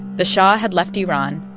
the shah had left iran.